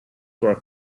were